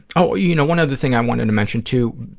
oh, you know one other thing i wanted to mention, too,